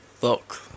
Look